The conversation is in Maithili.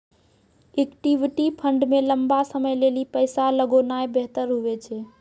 इक्विटी फंड मे लंबा समय लेली पैसा लगौनाय बेहतर हुवै छै